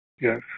Yes